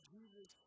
Jesus